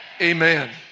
Amen